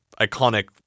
iconic